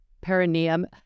perineum